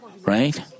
right